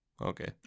Okay